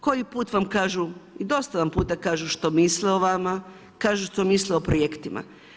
Koji put vam kažu, dosta vam puta kažu što misle o vama, kažu što misle o projektima.